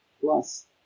plus